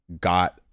got